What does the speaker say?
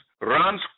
Runs